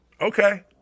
Okay